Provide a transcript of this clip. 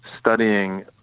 studying